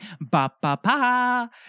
Ba-ba-ba